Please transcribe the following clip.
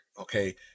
okay